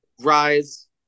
Rise